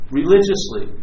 religiously